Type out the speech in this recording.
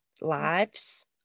lives